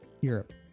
Europe